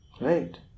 Right